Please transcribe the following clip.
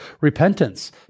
repentance